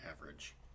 average